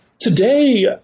Today